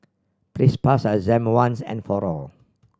please pass your exam once and for all